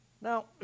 Now